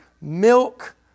milk